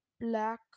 black